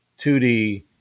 2d